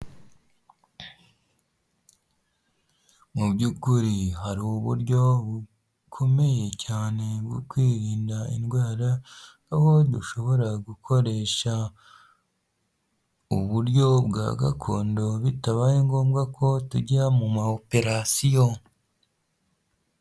Mu by'ukuri, hari uburyo bukomeye cyane bwo kwirinda indwara, aho dushobora gukoresha uburyo bwa gakondo, bitabaye ngombwa ko tujya mu ma operasiyo.